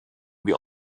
wir